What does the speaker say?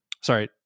sorry